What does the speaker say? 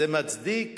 זה מצדיק